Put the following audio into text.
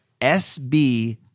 SB